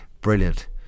brilliant